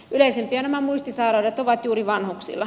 yleisimpiä nämä muistisairaudet ovat juuri vanhuksilla